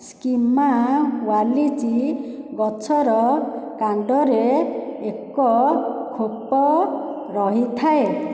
ସ୍କିମା ୱାଲିଛି ଗଛର କାଣ୍ଡରେ ଏକ ଖୋପ ରହିଥାଏ